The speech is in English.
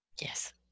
Yes